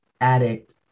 addict